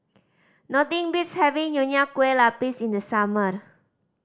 nothing beats having Nonya Kueh Lapis in the summer